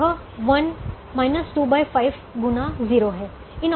यह 1 25 गुना 0 है